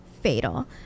fatal